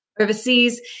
overseas